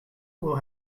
will